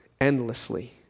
endlessly